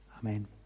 Amen